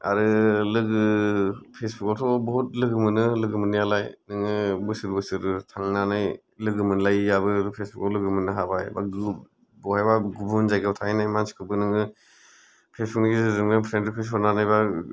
आरो लोगो फेसबुकावथ' बहुथ लोगो मोनो लोगो मोननायालाय नोङो बोसोर बोसोर थांनानै लोगो मोनलायैयाबो फेसबुकाव लोगो मोननो हाबाय बा बहायबा गुबुन जायगायाव थाहैनाय मानसिखौबो नोङो फेसबुक नि गेजेरजोंनो फ्रेन्ड रिकुवेस्ट हरनानै बा